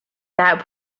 that